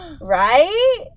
right